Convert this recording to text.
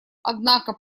однако